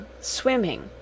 swimming